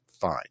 fine